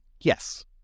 yes